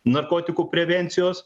narkotikų prevencijos